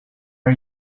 are